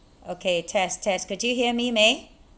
okay test test could you hear me mei